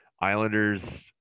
Islanders